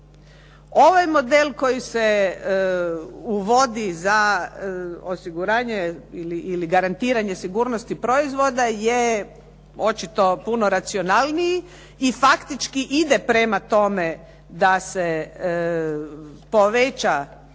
Ovaj model koji se uvodi za osiguranje ili garantiranje sigurnosti proizvoda je očito puno racionalniji i faktički ide prema tome da se poveća